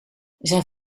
zijn